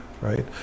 right